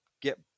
get